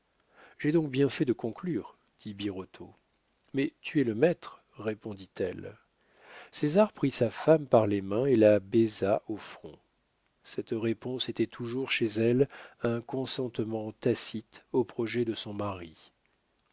j'ai donc bien fait de conclure dit birotteau mais tu es le maître répondit-elle césar prit sa femme par les mains et la baisa au front cette réponse était toujours chez elle un consentement tacite aux progrès de son mari